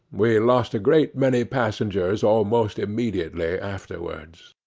we lost a great many passengers almost immediately afterwards